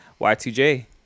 Y2J